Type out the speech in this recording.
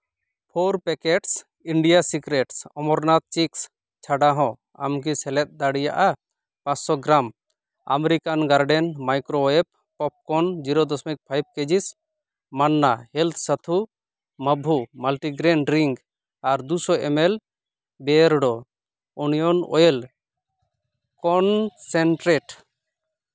four packets ᱤᱱᱰᱤᱥᱤᱠᱨᱮᱴᱥ ᱚᱢᱚᱨᱱᱟᱛᱷ ᱪᱤᱠᱠᱤᱥ ᱪᱷᱟᱰᱟ ᱦᱚᱸ ᱟᱢᱠᱤ ᱥᱮᱞᱮᱫ ᱫᱟᱲᱮᱭᱟᱜᱼᱟ ᱯᱟᱥᱥᱚ ᱜᱨᱟᱢ American garden microwave popcorns zero ᱫᱚᱥᱢᱤᱠ ᱯᱷᱟᱭᱤᱵᱷ ᱠᱮᱡᱤᱥ ᱢᱟᱱᱱᱟ ᱦᱮᱞᱛᱷ ᱥᱟᱹᱛᱷᱩ ᱢᱟᱹᱵᱷᱩ ᱢᱟᱞᱴᱤ ᱜᱨᱮᱱ ᱰᱨᱤᱝᱠ ᱟᱨ ᱫᱩ ᱥᱚ ᱤᱼᱢᱮᱞ ᱵᱤᱭᱟᱨᱰᱳ ᱳᱱᱤᱭᱚᱱ ᱳᱭᱮᱞ ᱠᱚᱱᱥᱮᱱᱴᱨᱮᱴ